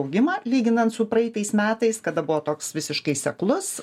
augimą lyginant su praeitais metais kada buvo toks visiškai seklus